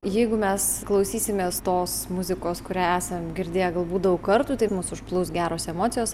jeigu mes klausysimės tos muzikos kurią esam girdėję galbūt daug kartų taip mus užplūs geros emocijos